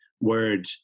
word